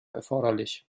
erforderlich